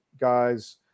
guys